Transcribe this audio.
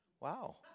Wow